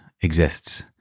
exists